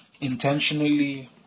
intentionally